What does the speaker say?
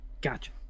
Gotcha